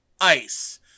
ice